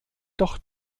doch